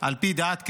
על פי דעת קהל.